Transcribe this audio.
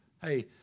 Hey